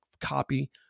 copy